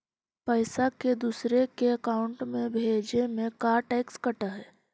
पैसा के दूसरे के अकाउंट में भेजें में का टैक्स कट है?